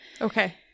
Okay